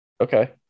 Okay